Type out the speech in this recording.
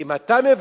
אם אתה מבקש,